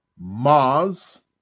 Mars